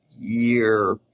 Year